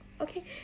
okay